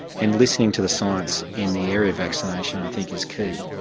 and listening to the science in the area of vaccination i think is key,